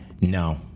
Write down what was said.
no